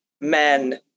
men